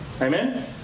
Amen